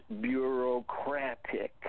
bureaucratic